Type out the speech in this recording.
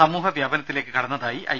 സമൂഹ വ്യാപനത്തിലേക്ക് കടന്നതായി ഐ